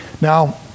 Now